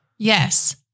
Yes